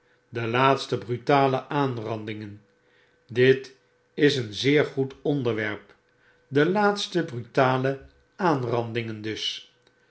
de laatste brutale aanrandingen dit is een zeer goed onder werp de laatste brutale aanrandingen dus